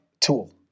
tool